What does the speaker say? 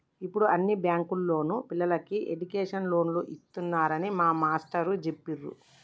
యిప్పుడు అన్ని బ్యేంకుల్లోనూ పిల్లలకి ఎడ్డుకేషన్ లోన్లు ఇత్తన్నారని మా మేష్టారు జెప్పిర్రు